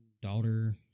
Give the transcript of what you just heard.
daughter